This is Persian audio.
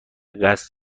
قصد